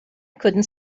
couldn’t